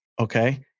Okay